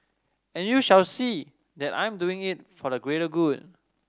and you shall see that I'm doing it for the greater good